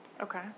Okay